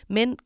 Men